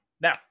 Now